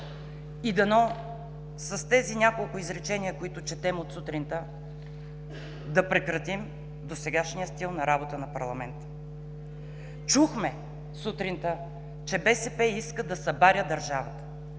И дано с тези няколко изречения, които четем от сутринта, да прекратим досегашния стил на работа на парламента. Чухме сутринта, че БСП иска да събаря държавата.